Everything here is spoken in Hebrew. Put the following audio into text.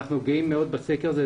אנחנו גאים מאוד בסקר הזה.